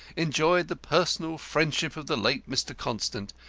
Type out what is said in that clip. enjoyed the personal friendship of the late mr. constant,